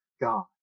God